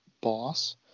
boss